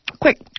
Quick